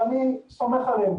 ואני סומך עליהם,